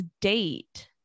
Date